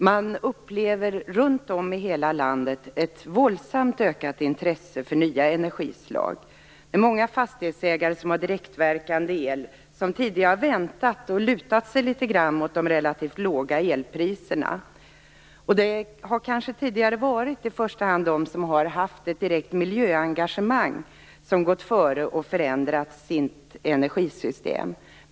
Man upplever nu runt om i hela landet ett våldsamt ökat intresse för nya energislag hos många fastighetsägare som haft direktverkande el och som tidigare väntat och kanske litet grand lutat sig mot de relativt låga elpriserna. Det har kanske tidigare i första hand varit de som haft ett direkt miljöengagemang som gått före och förändrat sitt energisystem.